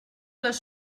les